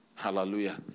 Hallelujah